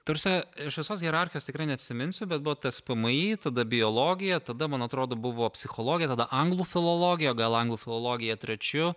ta prasme aš visos hierarchijos tikrai neatsiminsiu bet buvo tspmi tada biologija tada man atrodo buvo psichologija tada anglų filologija gal anglų filologija trečiu